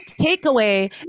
takeaway